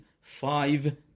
five